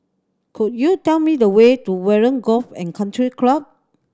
could you tell me the way to Warren Golf and Country Club